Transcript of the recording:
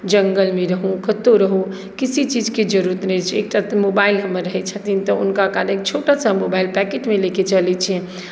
जङ्गलमे रहू कतहुँ रहू किसी चीजेके जरूरत नहि छै एकटा तऽ मोबाइल हमर रहैत छथिन तऽ हुनका हम छोटासँ मोबाइल पैकेटमे लऽ कऽ चलैत छिअनि